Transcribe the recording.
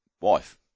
wife